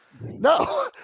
No